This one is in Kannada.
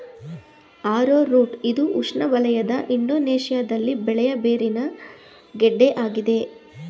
ಆರೋರೂಟ್ ಇದು ಉಷ್ಣವಲಯದ ಇಂಡೋನೇಶ್ಯದಲ್ಲಿ ಬೆಳೆಯ ಬೇರಿನ ಗೆಡ್ಡೆ ಆಗಿದೆ